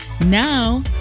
Now